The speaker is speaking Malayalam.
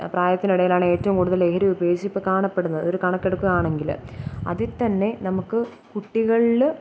പ്രായത്തിനിടയിലാണേറ്റവും കൂടുതൽ ലഹരി ഉപയോഗിച്ച് ഇപ്പോൾ കാണപ്പെടുന്നത് ഒരു കണക്കെടുക്കുകയാണെങ്കിൽ അതിൽത്തന്നെ നമുക്കു കുട്ടികളിൽ